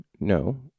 no